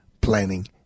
planning